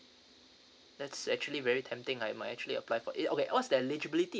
that's actually very tempting I might actually apply for it okay what's that eligibility